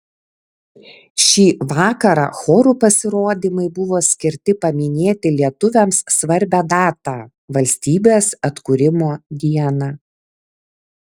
šį vakarą chorų pasirodymai buvo skirti paminėti lietuviams svarbią datą valstybės atkūrimo dieną